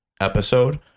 episode